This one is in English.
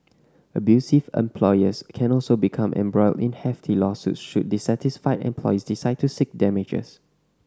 abusive employers can also become embroiled in hefty lawsuits should dissatisfied employees decide to seek damages